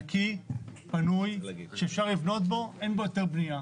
נקי, פנוי שאפשר לבנות בו, אין בו היתר בנייה.